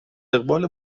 اقبال